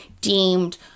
deemed